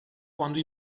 quando